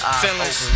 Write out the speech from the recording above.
feelings